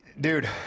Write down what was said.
dude